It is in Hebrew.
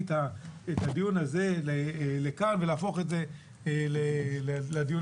את הדיון הזה לכאן ולהפוך את זה לדיון,